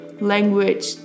language